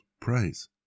praise